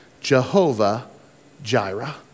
Jehovah-Jireh